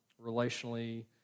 relationally